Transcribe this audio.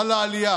חלה עלייה